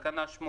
בתקנה 8,